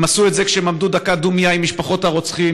הם עשו את זה כשהם עמדו דקה דומייה עם משפחות הרוצחים,